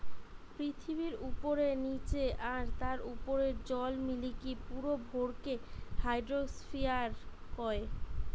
পৃথিবীর উপরে, নীচে আর তার উপরের জল মিলিকি পুরো ভরকে হাইড্রোস্ফিয়ার কয়